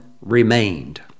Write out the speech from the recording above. remained